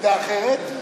עמדה אחרת?